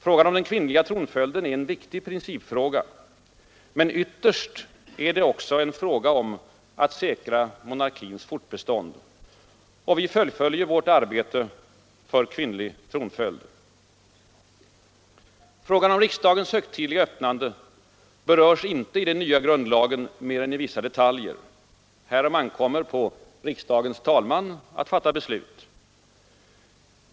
Frågan om den kvinnliga tronföljden är en viktig principfråga. Ytterst är det också fråga om att säkra monarkins fortbestånd. Vi fullföljer vårt arbete för kvinnlig tronföljd. Frågan om riksdagens högtidliga öppnande berörs inte i den nya grundlagen mer än i vissa detaljer. Härom ankommer på riksdagens talman att fatta beslut.